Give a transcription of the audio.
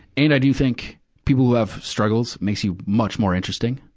and i do think people who have struggles, makes you much more interesting.